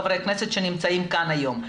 חברי הכנסת שנמצאים כאן היום.